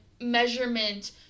measurement